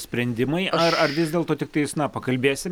sprendimai ar ar vis dėlto tiktais na pakalbėsim